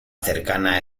cercana